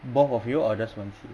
both of you or just wen qi